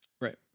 Right